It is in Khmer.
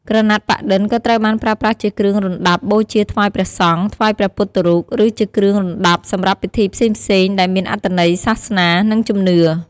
ក្រណាត់ប៉ាក់-ឌិន ក៏ត្រូវបានប្រើប្រាស់ជាគ្រឿងរណ្ដាប់បូជាថ្វាយព្រះសង្ឃ ថ្វាយព្រះពុទ្ធរូប ឬជាគ្រឿងរណ្ដាប់សម្រាប់ពិធីផ្សេងៗដែលមានអត្ថន័យសាសនា និងជំនឿ។